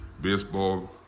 Baseball